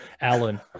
alan